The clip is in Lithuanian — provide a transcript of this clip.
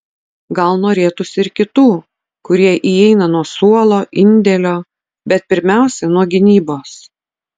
gal norėtųsi ir kitų kurie įeina nuo suolo indėlio bet pirmiausia nuo gynybos